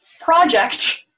project